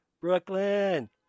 Brooklyn